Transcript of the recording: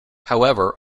however